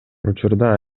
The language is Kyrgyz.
учурда